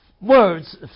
Words